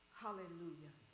hallelujah